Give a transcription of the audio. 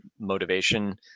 motivation